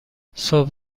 صبح